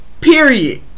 period